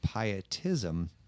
pietism